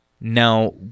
Now